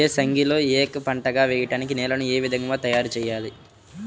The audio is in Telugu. ఏసంగిలో ఏక పంటగ వెయడానికి నేలను ఏ విధముగా తయారుచేయాలి?